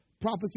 prophecy